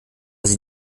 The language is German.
sie